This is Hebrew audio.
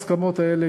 ההסכמות האלה,